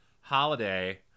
Holiday